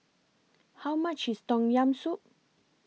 How much IS Tom Yam Soup